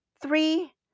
three